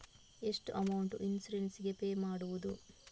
ಎಷ್ಟು amount insurance ಗೇ pay ಮಾಡುವುದು?